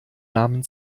namen